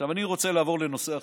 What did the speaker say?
עכשיו אני רוצה לעבור לנושא אחר,